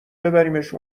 ببریمش